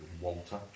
Walter